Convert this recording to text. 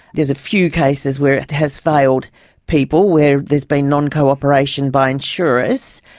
there's a few cases where it has failed people where there's been non-cooperation by insurers.